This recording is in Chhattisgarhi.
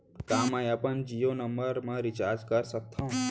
का मैं अपन जीयो नंबर म रिचार्ज कर सकथव?